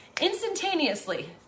instantaneously